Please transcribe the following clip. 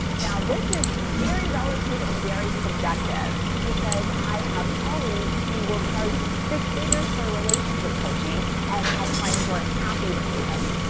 now, this is very relative and very subjective because i have colleagues who will charge six figures for relationship coaching and have clients who are happy to pay them,